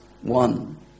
one